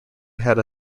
had